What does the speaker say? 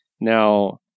Now